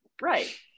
Right